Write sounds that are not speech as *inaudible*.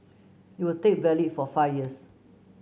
it will *unintelligible* valid for five years